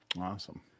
Awesome